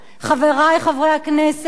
חברי חברי הכנסת,